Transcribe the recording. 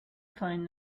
find